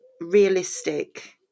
realistic